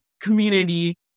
community